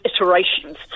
iterations